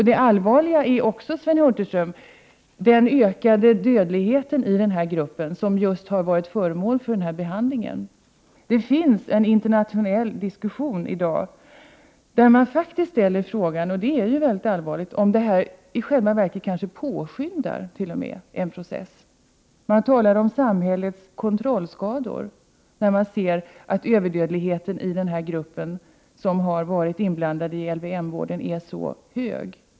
Det allvarliga är också, Sven Hulterström, den ökade dödligheten i den grupp som varit föremål för behandlingen. Det finns i dag en internationell diskussion där man ställer frågan — och det är mycket allvarligt — om den kanske i själva verket t.o.m. påskyndar den processen. Man talar om samhällets kontrollskador, när man ser att överdödligheten i den grupp som varit inblandad i LVM-vården är så hög.